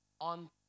on